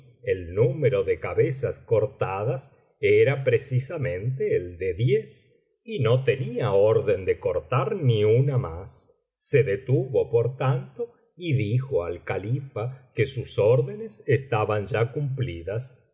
el número de cabezas cortadas era precisamente el de diez y no tenía orden de cortar ni una mas se detuvo por tanto y dijo al califa que sus órdenes estaban ya cumplidas